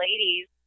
ladies